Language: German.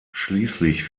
schließlich